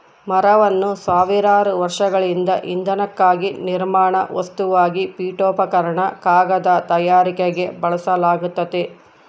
ಮರವನ್ನು ಸಾವಿರಾರು ವರ್ಷಗಳಿಂದ ಇಂಧನಕ್ಕಾಗಿ ನಿರ್ಮಾಣ ವಸ್ತುವಾಗಿ ಪೀಠೋಪಕರಣ ಕಾಗದ ತಯಾರಿಕೆಗೆ ಬಳಸಲಾಗ್ತತೆ